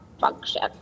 function